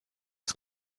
its